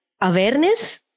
awareness